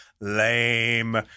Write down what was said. lame